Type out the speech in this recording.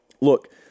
Look